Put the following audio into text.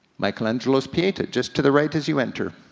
michelangelo's pieta, just to the right as you enter.